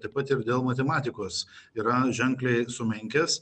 taip pat ir dėl matematikos yra ženkliai sumenkęs